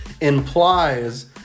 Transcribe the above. implies